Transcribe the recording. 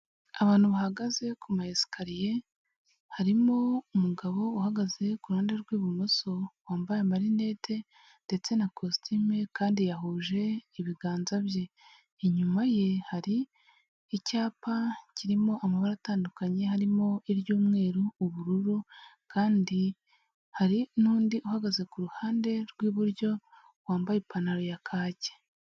Abantu bahagaze ku mayesikariye, harimo umugabo uhagaze ku ruhande rw'ibumoso wambaye amarinete ndetse na kositimu kandi yahuje ibiganza bye. Inyuma ye hari icyapa kirimo amabara atandukanye, harimo iry'umweru, ubururu kandi hari n'undi uhagaze ku ruhande rw'iburyo, wambaye ipantaro ya kaki.